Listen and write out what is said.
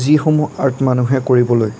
যিসমূহ আৰ্ট মানুহে কৰিবলৈ